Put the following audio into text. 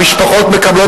המשפחות מקבלות